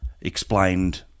explained